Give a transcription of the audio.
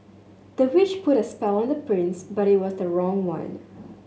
the witch put a spell on the prince but it was the wrong one